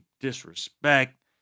disrespect